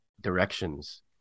directions